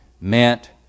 meant